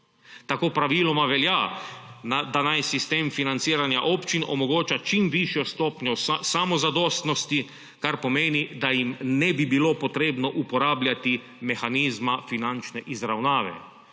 Tako praviloma velja, da naj sistem financiranja občin omogoča čim višjo stopnjo samozadostnosti, kar pomeni, da jim ne bi bilo potrebno uporabljati mehanizma finančne izravnave.